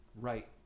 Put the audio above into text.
right